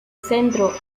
centro